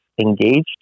engaged